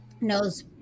knows